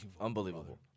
unbelievable